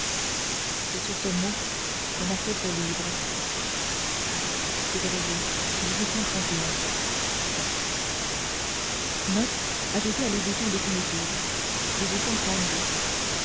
c'est sur ce mot qu'on a fait ce livre février note ajoutée à l'édition définitive